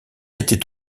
étaient